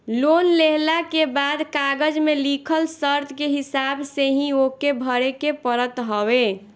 loan लेहला के बाद कागज में लिखल शर्त के हिसाब से ही ओके भरे के पड़त हवे